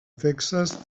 texas